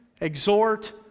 exhort